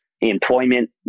employment